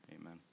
Amen